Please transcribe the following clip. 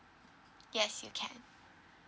yes you can